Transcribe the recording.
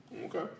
Okay